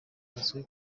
azwi